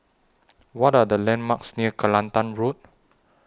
What Are The landmarks near Kelantan Road